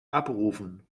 abrufen